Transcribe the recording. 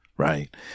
Right